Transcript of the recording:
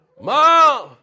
Mom